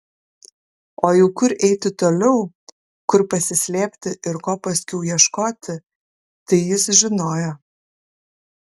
o jau kur eiti toliau kur pasislėpti ir ko paskiau ieškoti tai jis žinojo